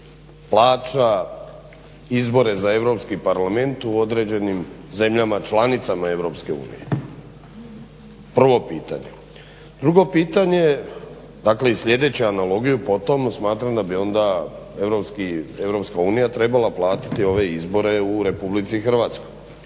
plaća izbore za Europski parlament u određenim zemljama članicama EU. Prvo pitanje. Drugo čitanje je, dakle i slijedeći analogiju po tomu smatram da bi onda EU trebala platiti ove izbore u Republici Hrvatskoj.